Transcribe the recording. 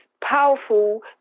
powerful